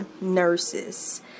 nurses